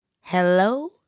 Hello